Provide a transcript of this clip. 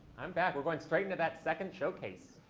i'm back. we're going straight into that second showcase.